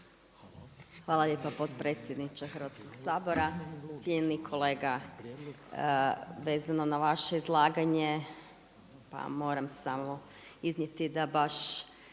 Hvala lijepa potpredsjedniče Hrvatskog sabora. Cijenjeni kolega. Vezano na vaše izlaganje pa moram samo iznijeti da baš